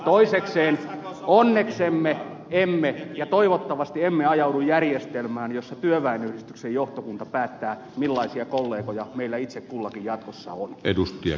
toisekseen onneksemme emme ja toivottavasti emme ajaudu järjestelmään jossa työväenyhdistyksen johtokunta päättää millaisia kollegoja meillä itse kullakin jatkossa on